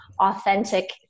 authentic